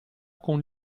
con